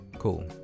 cool